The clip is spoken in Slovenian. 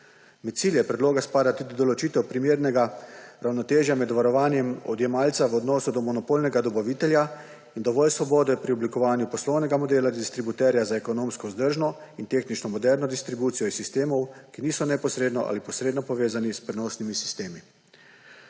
Med cilje predloga spada tudi določitev primernega ravnotežja med varovanjem odjemalca v odnosu do monopolnega dobavitelja in dovolj svobode pri oblikovanju poslovnega modela distributerja za ekonomsko vzdržno in tehnično moderno distribucijo iz sistemov, ki niso neposredno ali posredno povezani s prenosnimi sistemi.